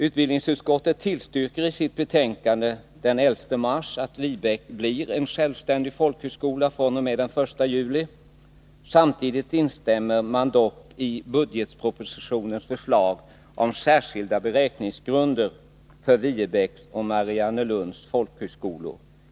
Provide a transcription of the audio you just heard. Utbildningsutskottet tillstyrker i sitt betänkande den 11 mars att Viebäck blir en självständig folkhögskola fr.o.m. den 1 juli. Samtidigt instämmer man dock i budgetpropositionens förslag om särskilda beräkningsgrunder för Viebäcks och Mariannelunds folkhögskolor.